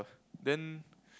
then